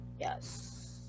Yes